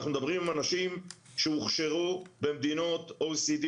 אנחנו מדברים עם אנשים שהוכשרו במדינות OECD,